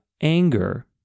anger